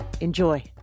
enjoy